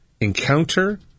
encounter